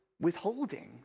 withholding